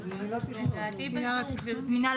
מי נציג מינהל